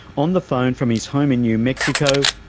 on the phone from his home in new mexico,